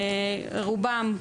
רובם,